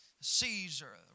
Caesar